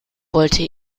wollte